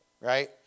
right